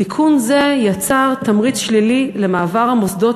תיקון זה יצר תמריץ שלילי למעבר המוסדות